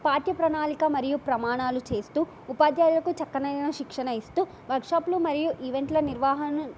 పాఠ్య ప్రణాళిక మరియు ప్రమాణాలు చేస్తూ ఉపాధ్యాయులకు చక్కనైన శిక్షణ ఇస్తూ వర్క్షాప్లు మరియు ఈవెంట్ల నిర్వహణ